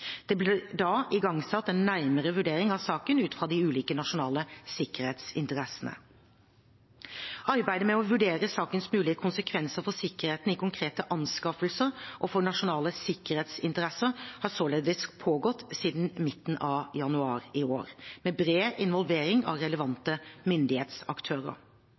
Det ble da igangsatt en nærmere vurdering av saken ut fra de ulike nasjonale sikkerhetsinteressene. Arbeidet med å vurdere sakens mulige konsekvenser for sikkerheten i konkrete anskaffelser og for nasjonale sikkerhetsinteresser har således pågått siden midten av januar i år, med bred involvering av relevante myndighetsaktører.